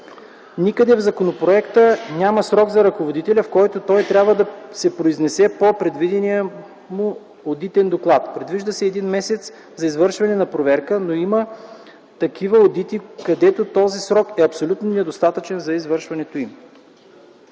Никъде в законопроекта няма срок за ръководителя, в който той трябва да се произнесе по представения му одитен доклад. Предвижда се един месец за извършване на проверка, но има такива одити, където този срок е абсолютно недостатъчен за извършването им.